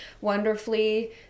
wonderfully